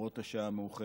למרות השעה המאוחרת.